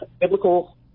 biblical